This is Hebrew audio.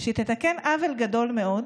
שתתקן עוול גדול מאוד,